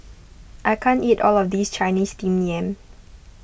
I can't eat all of this Chinese Steamed Yam